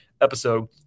episode